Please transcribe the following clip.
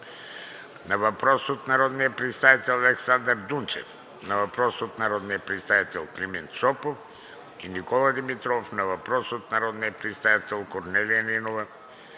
на въпрос от народния представител Александър Дунчев; на въпрос от народните представители Климент Шопов и Никола Димитров; на седем въпроса от народния представител Корнелия Нинова;